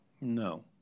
No